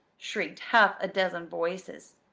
shrieked half a dozen voices.